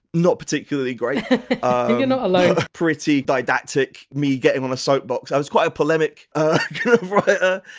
not particularly great you know alone pretty didactic, me getting on a soapbox i was quite a polemic writer,